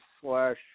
slash